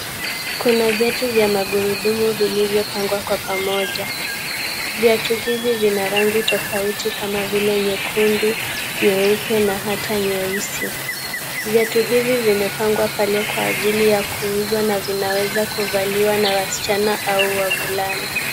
Kuna viatu vya magurudumu vilivyopangwa kwa pamoja. Viatu hivi vina rangi tofuti kama vile nyekundu, nyeupe na hata nyeusi. Viatu hivi vimepangwa pale kwa ajili ya kuuzwa na vinaweza kuvaliwa na wasichana au wavulana.